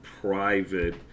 private